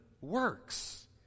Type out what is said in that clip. works